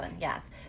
Yes